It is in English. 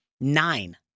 nine